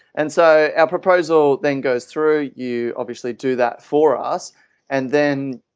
and so our proposal thing goes through, you obviously do that for us and then